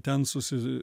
ten susi